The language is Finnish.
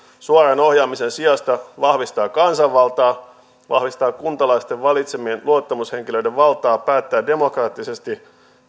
suoran ohjaamisen sijasta vahvistaa kansanvaltaa vahvistaa kuntalaisten valitsemien luottamushenkilöiden valtaa päättää demokraattisesti